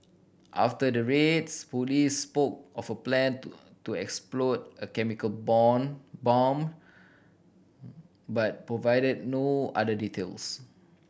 after the raids police spoke of a plan to to explode a chemical bone bomb but provided no other details